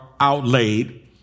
outlaid